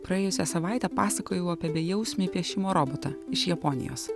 praėjusią savaitę pasakojau apie bejausmį piešimo robotą iš japonijos